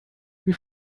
wie